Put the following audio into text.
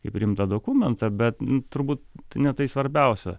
kaip rimtą dokumentą bet turbūt ne tai svarbiausia